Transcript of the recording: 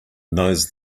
knows